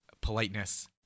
politeness